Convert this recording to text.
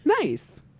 Nice